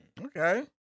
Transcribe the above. Okay